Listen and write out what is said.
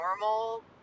normal